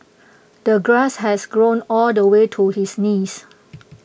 the grass has grown all the way to his knees